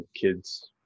kid's